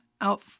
out